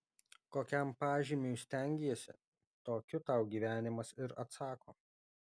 kokiam pažymiui stengiesi tokiu tau gyvenimas ir atsako